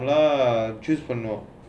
lah you choose for now